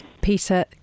Peter